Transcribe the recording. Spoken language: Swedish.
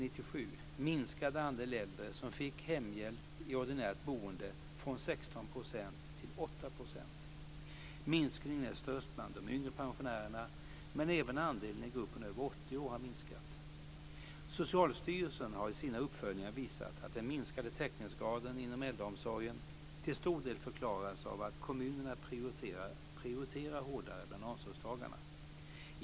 8 %. Minskningen är störst bland de yngre pensionärerna, men även andelen i gruppen över 80 år har minskat. Socialstyrelsen har i sina uppföljningar visat att den minskade täckningsgraden inom äldreomsorgen till stor del förklaras av att kommunerna prioriterar hårdare bland omsorgstagarna.